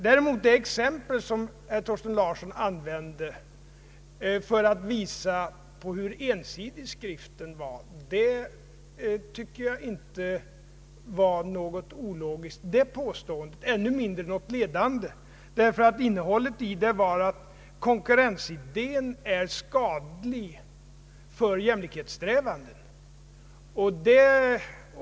Däremot tycker jag inte att det exempel, som herr Thorsten Larsson använde för att visa ensidighet i skrifien, var ologiskt, ännu mindre ledande, då innehållet var att konkurrensidén är skadlig för jämlikhetssträvandena.